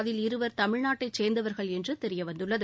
அதில் இருவர் தமிழ்நாட்டைச் சேர்ந்தவர்கள் என்று தெரிய வந்துள்ளது